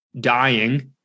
dying